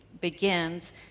begins